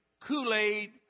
Kool-Aid